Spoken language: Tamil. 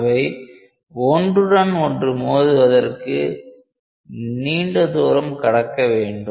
அவை ஒன்றுடனொன்று மோதுவதற்கு நீண்ட தூரம் கடக்க வேண்டும்